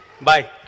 Bye